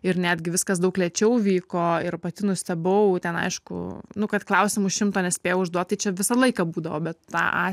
ir netgi viskas daug lėčiau vyko ir pati nustebau ten aišku nu kad klausimų šimto nespėja užduot tai čia visą laiką būdavo bet tą